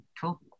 Cool